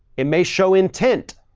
it may show intent,